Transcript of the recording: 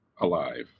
alive